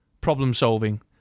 problem-solving